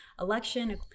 election